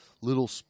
little